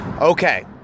Okay